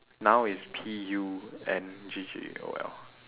now it's P U N G G O L